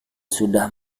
sudah